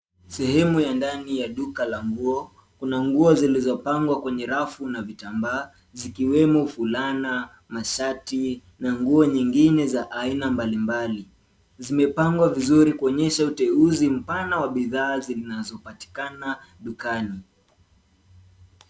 Sehemu ya ndani ya duka la nguo. Kuna nguo zilizopangwa kwenye rafu na vitambaa zikiwemo fulana, mashati na nguo nyingine za aina mbalimbali. Zimepangwa vizuri kuonyesha uteuzi mpana wa bidhaa zinazopatikana dukani.